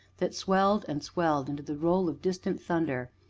that swelled and swelled into the roll of distant thunder.